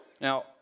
Now